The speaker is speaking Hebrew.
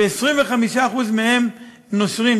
ו-25% מהם נושרים,